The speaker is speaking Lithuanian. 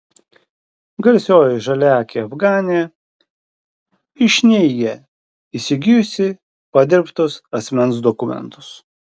garsioji žaliaakė afganė iš neigia įsigijusi padirbtus asmens dokumentus